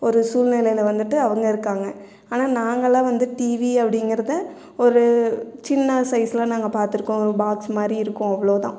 ஒரு சூழ்நிலையில வந்துவிட்டு அவங்க இருக்காங்க ஆனால் நாங்கள்லாம் வந்து டிவி அப்படிங்கிறத ஒரு சின்ன சைஸில் நாங்கள் பார்த்துருக்கோம் பாக்ஸ் மாரி இருக்கும் அவ்ளோ தான்